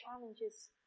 challenges